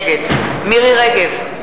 נגד מירי רגב,